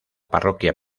parroquia